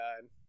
God